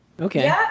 Okay